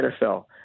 NFL